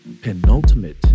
penultimate